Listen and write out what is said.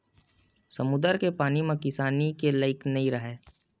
समुद्दर के पानी ह किसानी के लइक नइ राहय